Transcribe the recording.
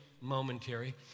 momentary